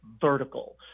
vertical